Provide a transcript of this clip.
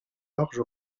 large